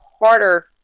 harder